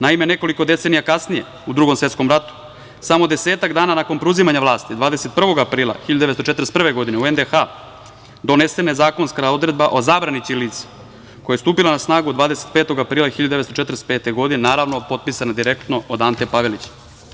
Naime, nekoliko decenija kasnije, u Drugom svetskom ratu, samo desetak dana nakon preuzimanja vlasti, 21. aprila 1941. godine u NDH, donesena je zakonska odredba o zabrani ćirilice, koja je stupila na snagu 25. aprila 1945. godine, naravno, potpisana direktno od Ante Pavelića.